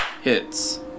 hits